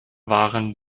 waren